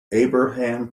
abraham